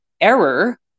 error